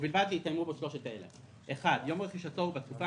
ובלבד שהתקיימו בו שלושת אלה: יום רכישתו הוא בתקופה